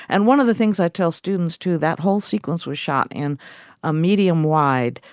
and one of the things i tell students to that whole sequence was shot in a medium wide.